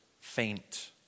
faint